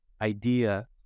idea